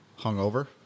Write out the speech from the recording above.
Hungover